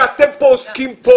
אתם עוסקים כאן